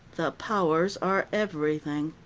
the powers are everything.